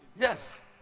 Yes